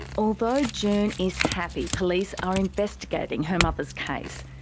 although june is happy police are investigating her mother's case,